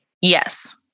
Yes